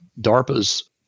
DARPA's